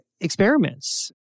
experiments